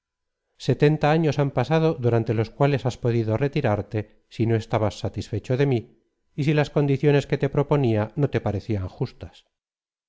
setenta años han pasado durante los cuales has podido retirarte si no estabas satisfecho de mí y si las condiciones que te proponía no te parecían justas